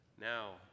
Now